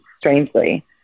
strangely